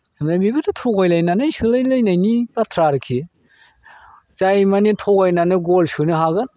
ओमफ्राय बेफोरथ' थगायलायनानै सोलायलायनि बाथ्रा आरोखि जाय माने थगायनानै ग'ल सोनो हागोन